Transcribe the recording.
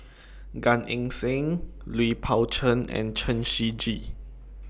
Gan Eng Seng Lui Pao Chuen and Chen Shiji